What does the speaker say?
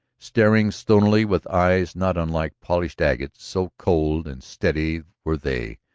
staring stonily with eyes not unlike polished agate, so cold and steady were they,